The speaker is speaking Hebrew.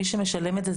מי שמשלם את זה,